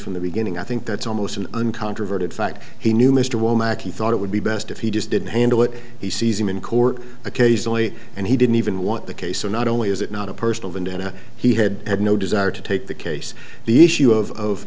from the beginning i think that's almost an uncontroverted fact he knew mr womack he thought it would be best if he just didn't handle it he sees him in court occasionally and he didn't even want the case so not only is it not a personal vendetta he had no desire to take the case the issue of